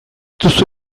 duzu